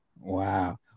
Wow